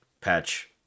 patch